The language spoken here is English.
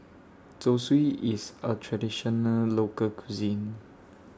Zosui IS A Traditional Local Cuisine